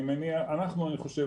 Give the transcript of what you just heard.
אני חושב,